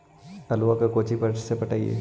आलुआ के कोचि से पटाइए?